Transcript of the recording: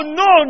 no